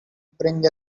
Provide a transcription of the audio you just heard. bring